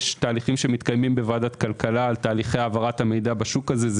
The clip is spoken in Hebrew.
יש תהליכים שמתקיימים בוועדת כלכלה על תהליכי העברת המידע בשוק הזה.